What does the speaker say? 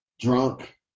drunk